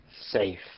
safe